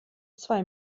zwei